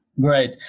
Great